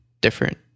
different